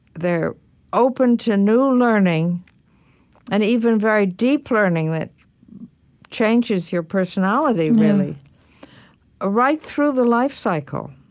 they're open to new learning and even very deep learning that changes your personality, really ah right through the life cycle,